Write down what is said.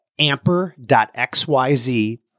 amper.xyz